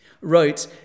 wrote